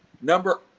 Number